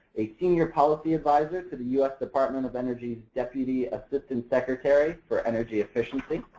a senior policy advisor to the us department of energy's deputy assistant secretary for energy efficiency.